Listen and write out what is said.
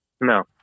No